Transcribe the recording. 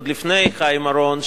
עוד לפני חיים אורון,